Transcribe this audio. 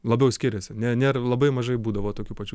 labiau skiriasi ne nėr labai mažai būdavo tokių pačių